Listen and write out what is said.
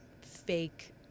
fake